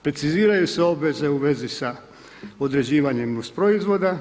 Preciziraju se obveze u vezi sa određivanjem nus proizvoda.